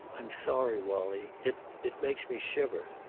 i'm sorry, wallie. it it makes me shiver.